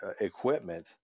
equipment